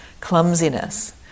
clumsiness